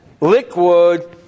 liquid